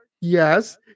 yes